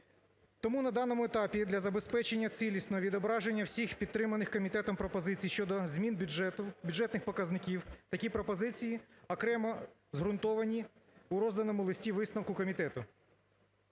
Тому на даному етапі для забезпечення цілісного відображення всіх підтриманих комітетом пропозицій щодо змін бюджету, бюджетних показників, такі пропозиції окремо зґрунтовані у розданому листі-висновку комітету.